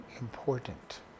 important